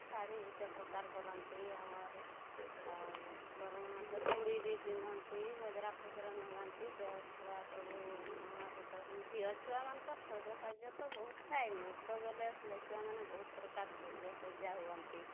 ଶାଢ଼ୀ ଗୁଟେ ପ୍ରକାର କରନ୍ତି ଆମର ଆଉ କରମ୍ ନାଟ ଚୁଡ଼ି ବି ପିନ୍ଧନ୍ତି ଗଜରାଫଜରା ନଗାନ୍ତି ଦେହ ସାରା ସବୁ ଗହଣା ପତ୍ର ଝିଅ ଛୁଆମାନଙ୍କର ସଜସାଜ୍ୟ ତ ବହୁତ ଥାଏ ନୃତ୍ୟ କଲେ ଝିଅ ଛୁଆମାନେ ବହୁତ ପ୍ରକାର ସଜସଜ୍ୟା ହୁଅନ୍ତି